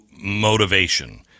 motivation